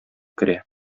керә